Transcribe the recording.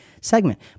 segment